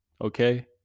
Okay